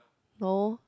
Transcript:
no